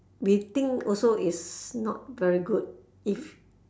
we think also is not very good is